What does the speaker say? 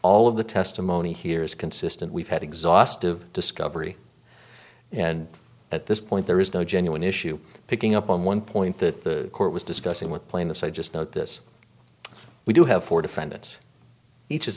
all of the testimony here is consistent we've had exhaustive discovery and at this point there is no genuine issue picking up on one point that the court was discussing with plaintiffs i just notice we do have four defendants each is